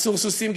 אסור סוסים,